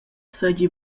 seigi